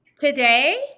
Today